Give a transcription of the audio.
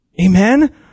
Amen